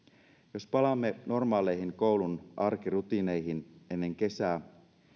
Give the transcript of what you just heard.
jos palaamme normaaleihin koulun arkirutiineihin ennen kesää